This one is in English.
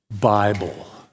Bible